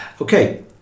Okay